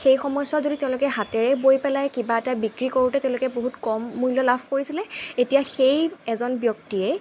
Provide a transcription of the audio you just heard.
সেই সময়ছোৱাত যদি তেওঁলোকে হাতেৰে বৈ পেলাই কিবা এটা বিক্ৰী কৰোঁতে তেওঁলোকে বহুত কম মূল্য লাভ কৰিছিলে এতিয়া সেই এজন ব্যক্তিয়েই